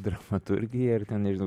dramaturgija ir ten nežinau